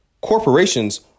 corporations